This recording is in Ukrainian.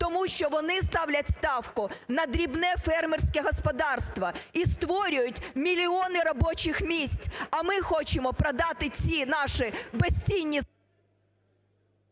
тому що вони ставлять ставку на дрібне фермерське господарство і створюють мільйони робочих місць, а ми хочемо продати ці наші безцінні…